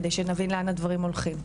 כדי שנבין לאן הדברים הולכים.